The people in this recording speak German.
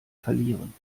verlieren